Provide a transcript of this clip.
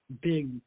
big